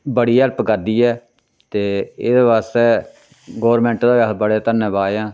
बड़ी हैल्प करदी ऐ ते एह्दे वास्तै गोरमेंट दे अस बड़े धन्नवाद आं